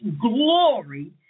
glory